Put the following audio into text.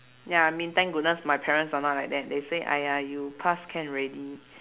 ya I mean thank goodness my parents are not like that they say !aiya! you pass can already